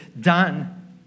done